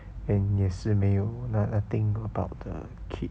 then 也是没有 nothing about the kid